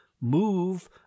move